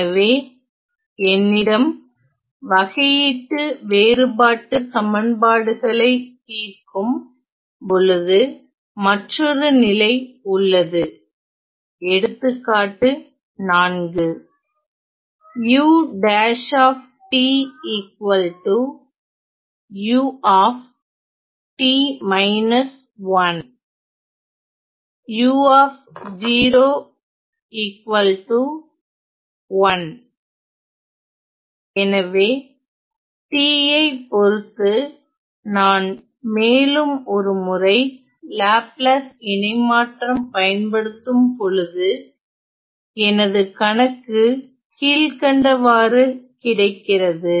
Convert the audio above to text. எனவே என்னிடம் வகையீட்டு வேறுபாட்டு சமன்பாடுகளை தீர்க்கும் பொழுது மற்றொரு நிலை உள்ளது எடுத்துக்காட்டு 4 எனவே t ஐ பொறுத்து நான் மேலும் ஒரு முறை லாப்லாஸ் இணைமாற்றம் பயன்படுத்தும்பொழுது எனது கணக்கு கீழ்கண்டவாறு கிடைக்கிறது